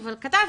אבל כתבתי: